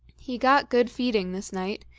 he got good feeding this night,